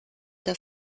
der